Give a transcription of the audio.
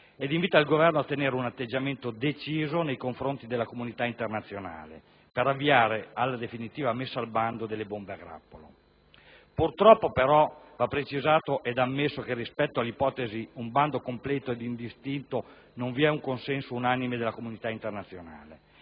ed invita il Governo a tenere un atteggiamento deciso nei confronti della comunità internazionale per arrivare alla definitiva messa al bando delle bombe a grappolo. Purtroppo, però, va precisato ed ammesso che, rispetto all'ipotesi di un bando completo ed indistinto, non vi è un consenso unanime nella comunità internazionale.